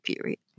period